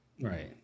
Right